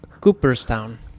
cooperstown